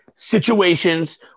situations